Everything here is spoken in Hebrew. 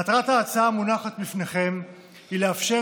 מטרת ההצעה המונחת בפניכם היא לאפשר